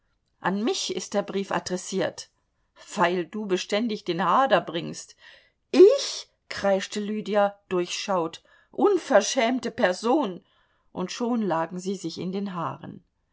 an mich ist der brief adressiert weil du beständig den hader bringst ich kreischte lydia durchschaut unverschämte person und schon lagen sie sich in den haaren